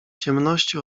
ciemności